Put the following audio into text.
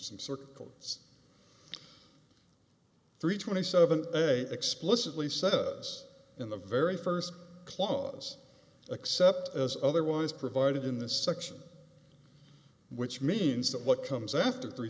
some circles three twenty seven they explicitly says in the very first clause except as otherwise provided in this section which means that what comes after three